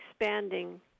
expanding